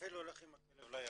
ואפילו הולך עם הכלב לים.